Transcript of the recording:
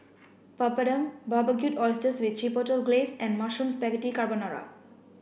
Papadum Barbecued Oysters with Chipotle Glaze and Mushroom Spaghetti Carbonara